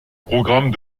programme